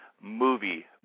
Movie